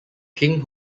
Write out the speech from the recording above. king